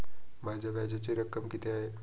माझ्या व्याजाची रक्कम किती आहे?